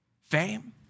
Fame